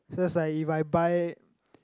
so is like if I buy